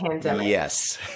Yes